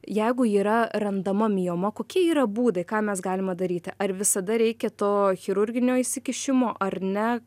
jeigu yra randama mioma kokie yra būdai ką mes galime daryti ar visada reikia to chirurginio įsikišimo ar ne